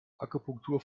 akupunktur